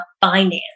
finance